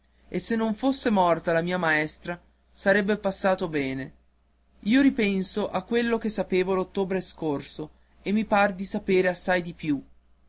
e se non fosse morta la mia maestra sarebbe passato bene io ripenso a quello che sapevo l'ottobre scorso e mi par di sapere assai di più